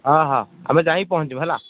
ହଁ ହଁ ଆମେ ଯାଇ ପହଞ୍ଚିଯିବୁ ହେଲା